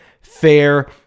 fair